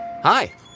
Hi